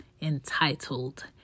entitled